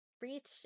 reach